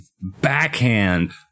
backhand